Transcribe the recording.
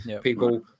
People